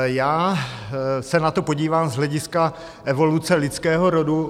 Já se na to podívám z hlediska evoluce lidského rodu.